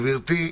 גברתי,